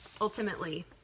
ultimately